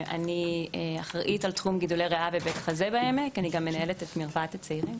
אני אחראית על תחום גידולי ריאה ובית חזה ומנהלת את מרפאת הצעירים.